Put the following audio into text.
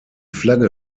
flagge